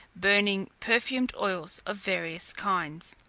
burning perfumed oils of various kinds.